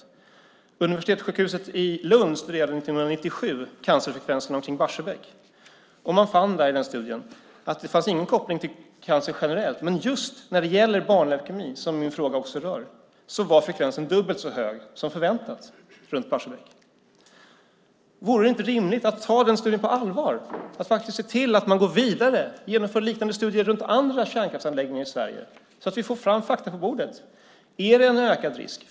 Vid universitetssjukhuset i Lund studerade man 1997 cancerfrekvensen runt Barsebäck. I studien fann man att det inte fanns någon koppling till cancer generellt men just när det gällde barnleukemi, som min fråga rör, var frekvensen runt Barsebäck dubbelt så hög som det förväntade. Vore det inte rimligt att ta den studien på allvar och se till att man gick vidare och genomförde liknande studier runt andra kärnkraftsanläggningar i Sverige så att vi fick fram fakta på bordet? Är det en ökad risk?